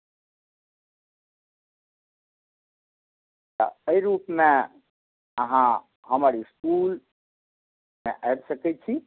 तऽ एहि रूपमे अहाँ हमर इस्कुलमे आबि सकैत छी